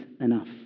enough